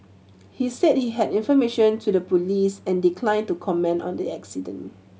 he said he had information to the police and declined to comment on the accident